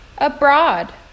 abroad